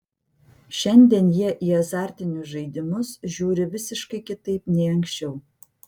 šiandien jie į azartinius žaidimus žiūri visiškai kitaip nei anksčiau